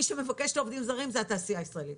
מי שמבקש את העובדים הזרים היא התעשייה הישראלית.